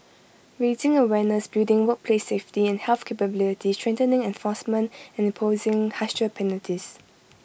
raising awareness building workplace safety and health capability strengthening enforcement and imposing harsher penalties